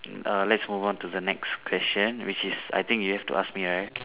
err let's move on to the next question which is I think you have to ask me right